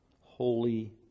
holy